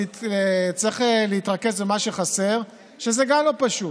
צריך להתרכז במה שחסר, וגם זה לא פשוט.